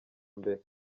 mbere